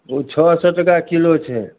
ओ छओ सए टका किलो छै